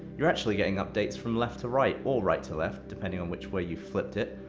you're actually getting updates from left to right, or right to left, depending on which way you've flipped it,